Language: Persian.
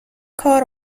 کار